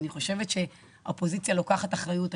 אני חושבת שהאופוזיציה לוקחת אחריות.